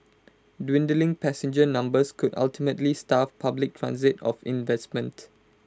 dwindling passenger numbers could ultimately starve public transit of investment